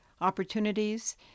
opportunities